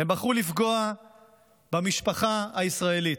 הם בחרו לפגוע במשפחה הישראלית.